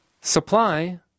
Supply